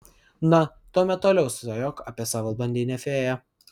na tuomet toliau svajok apie savo blondinę fėją